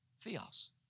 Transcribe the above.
Theos